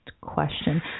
question